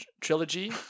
Trilogy